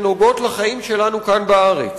שנוגעות לחיים שלנו כאן בארץ.